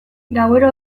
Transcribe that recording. gauero